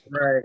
Right